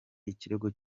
ikirego